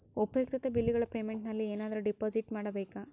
ಉಪಯುಕ್ತತೆ ಬಿಲ್ಲುಗಳ ಪೇಮೆಂಟ್ ನಲ್ಲಿ ಏನಾದರೂ ಡಿಪಾಸಿಟ್ ಮಾಡಬೇಕಾ?